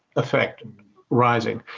affect rising.